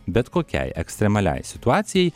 bet kokiai ekstremaliai situacijai